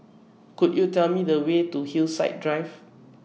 Could YOU Tell Me The Way to Hillside Drive